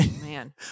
Man